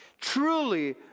Truly